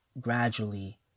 gradually